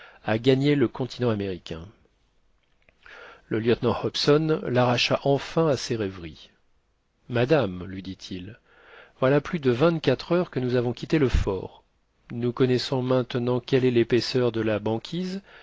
à gagner le continent américain le lieutenant hobson l'arracha enfin à ses rêveries madame lui dit-il voilà plus de vingt-quatre heures que nous avons quitté le fort nous connaissons maintenant quelle est l'épaisseur de la banquise